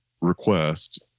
request